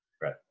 right